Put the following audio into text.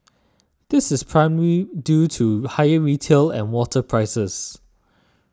this is primarily due to higher retail and water prices